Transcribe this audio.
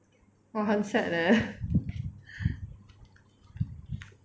!wah! 很 sad leh